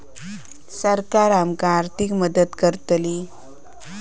सरकार आमका आर्थिक मदत करतली?